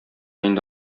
инде